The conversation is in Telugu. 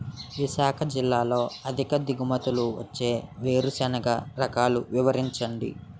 విశాఖ జిల్లాలో అధిక దిగుమతి ఇచ్చే వేరుసెనగ రకాలు వివరించండి?